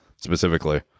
specifically